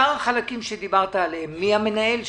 שאר החלקים שדיברת עליהם, מי המנהל שלהם?